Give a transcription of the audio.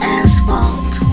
asphalt